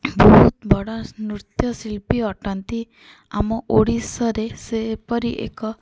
ବହୁତ ବଡ଼ ନୃତ୍ୟଶିଳ୍ପୀ ଅଟନ୍ତି ଆମ ଓଡ଼ିଶାରେ ସେ ଏପରି ଏକ